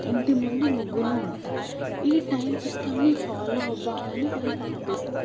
ఇంటిముందు ముగ్గులు ఉంటాయి ఈ టైం సిస్టంని ఫాలో అవ్వాలని వాళ్ళు పాటిస్తారు